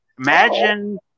Imagine